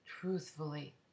truthfully